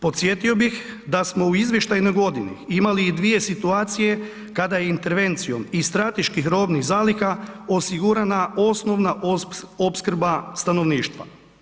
Podsjetio bih da smo u izvještajnoj godini imali i dvije situacije kada je intervencijom iz strateških robnih zaliha osigurana osnovna opskrba stanovništva.